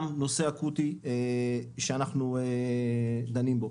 גם הנושא הזה הוא נושא אקוטי ואנחנו דנים בו.